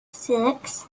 six